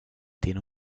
tiene